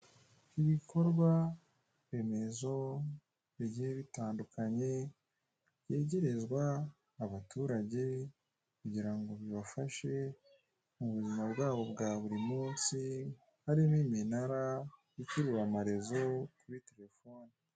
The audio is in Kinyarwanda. Ibikorwa remezo bigiye bitandukanye byegerezwa abaturage kugira ngo bibafashe mu buzima bwawo bwa muri munsi; harimo iminara ikurura amalezo kuri telefone.